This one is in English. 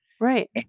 Right